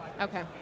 Okay